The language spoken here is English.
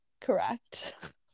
correct